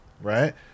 Right